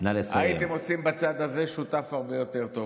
הייתם מוצאים בצד הזה שותף הרבה יותר טוב,